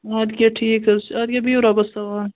آد کیٛاہ ٹھیٖک حظ چھِ آد کیٛاہ بِہِو رۄبَس سوال